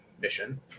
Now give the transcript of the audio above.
mission